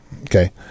okay